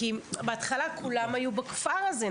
כי בהתחלה כולם היו בכפר הזה,